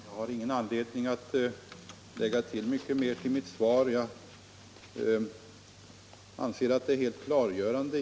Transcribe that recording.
Herr talman! Jag har ingen anledning att lägga till mycket utöver mitt svar. Jag anser att svaret är helt klargörande.